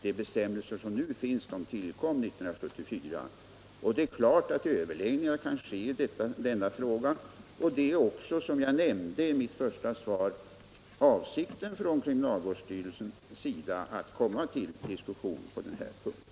De bestämmelser som nu finns tillkom 1974. Det är klart att överläggningar kan ske i denna fråga. Det är också, som jag nämnde i mitt svar, kriminalvårdsstyrelsens avsikt att komma till diskussion på denna punkt.